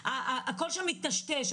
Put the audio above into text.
הכול שם מיטשטש.